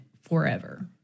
forever